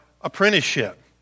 apprenticeship